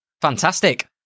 Fantastic